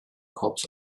cops